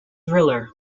driller